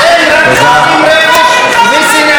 אתם רק זורקים רפש ושנאה.